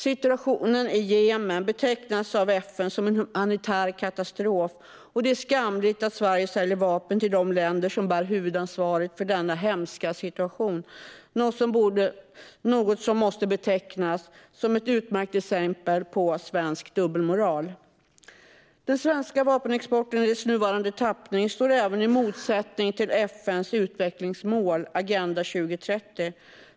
Situationen i Jemen betecknas av FN som en humanitär katastrof. Det är skamligt att Sverige säljer vapen till de länder som bär huvudansvaret för denna hemska situation, något som måste betecknas som ett utmärkt exempel på svensk dubbelmoral. Den svenska vapenexporten i dess nuvarande tappning står även i motsättning till FN:s utvecklingsmål Agenda 2030.